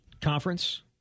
conference